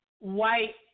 white